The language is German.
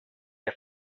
der